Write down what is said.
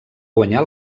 guanyar